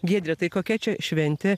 giedre tai kokia čia šventė